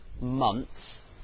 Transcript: months